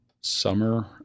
summer